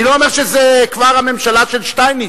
אני לא אומר שזה כבר הממשלה של שטייניץ.